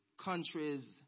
countries